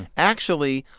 actually,